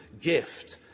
gift